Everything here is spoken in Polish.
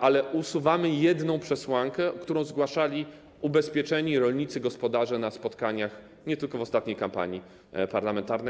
ale usuwamy jedną przesłankę, czego potrzebę zgłaszali ubezpieczeni rolnicy, gospodarze na spotkaniach nie tylko w ostatniej kampanii parlamentarnej.